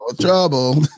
trouble